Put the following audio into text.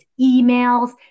emails